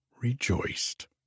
rejoiced